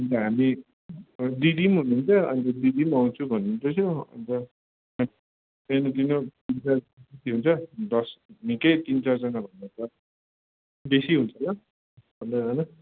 अन्त हामी दिदी पनि हुनुहुन्छ अन्त दिदी पनि आउँछु भन्नुहुँदै थियो अन्त त्यही निक्लिनु तिन चार जति हुन्छ दस निकै तिन चार भन्दा त निकै बेसी हुन्छ होला अन्त होइन